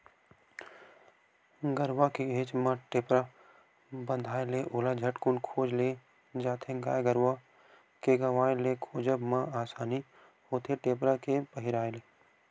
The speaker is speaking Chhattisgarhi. गरुवा के घेंच म टेपरा बंधाय ले ओला झटकून खोज ले जाथे गाय गरुवा के गवाय ले खोजब म असानी होथे टेपरा के पहिराय ले